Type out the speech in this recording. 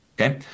okay